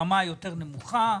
ברמה יותר נמוכה,